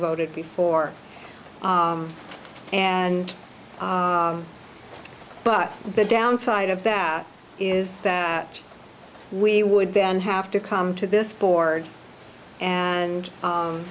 voted before and but the downside of that is that we would then have to come to this board and